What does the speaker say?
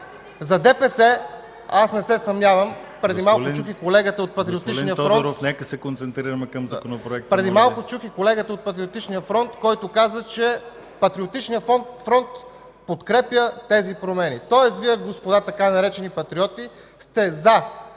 ИЛИАН ТОДОРОВ: Преди малко чух и колегата от Патриотичния фронт, който каза, че Патриотичният фронт подкрепя тези промени, тоест, Вие, господа, така наречени „патриоти” сте „за”